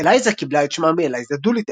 אלייזה קיבלה את שמה מאלייזה דוליטל,